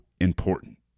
important